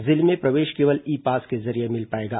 जिले में प्रवेश केवल ई पास के जरिये मिल पाएगा